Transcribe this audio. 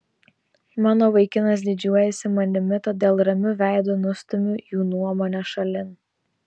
mano vaikinas didžiuojasi manimi todėl ramiu veidu nustumiu jų nuomonę šalin